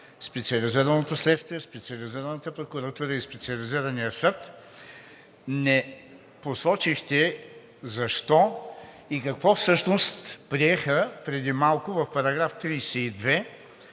Специализираното следствие, в Специализираната прокуратурата и в Специализирания съд, не посочихте защо и какво всъщност приеха преди малко в § 32